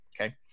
Okay